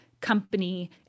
company